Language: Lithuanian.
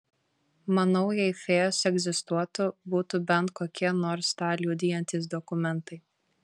manau jei fėjos egzistuotų būtų bent kokie nors tą liudijantys dokumentai